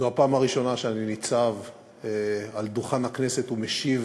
זאת הפעם הראשונה שאני ניצב על דוכן הכנסת ומשיב